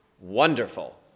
Wonderful